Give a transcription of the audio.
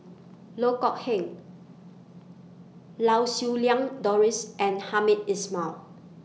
Loh Kok Heng Lau Siew Lang Doris and Hamed Ismail